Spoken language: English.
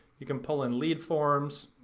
you can pull in lead forms.